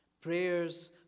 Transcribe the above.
Prayers